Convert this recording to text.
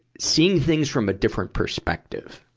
seeing things from a different perspective.